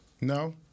No